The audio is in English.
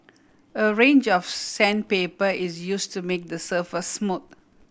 a range of sandpaper is use to make the surface smooth